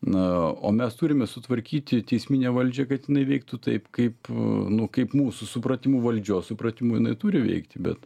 na o mes turime sutvarkyti teisminę valdžią kad jinai veiktų taip kaip nu kaip mūsų supratimu valdžios supratimu jinai turi veikti bet